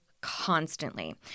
constantly